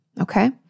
Okay